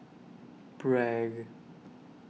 Bragg